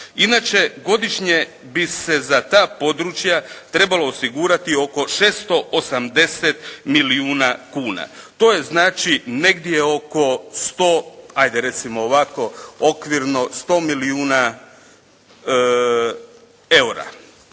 Inače, godišnje bi se za ta područja trebalo osigurati oko 680 milijuna kuna. To je znači negdje oko 100, ajde